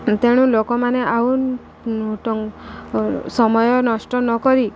ତେଣୁ ଲୋକମାନେ ଆଉ ସମୟ ନଷ୍ଟ ନ କରି